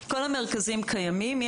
כל המרכזים קיימים.